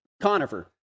Conifer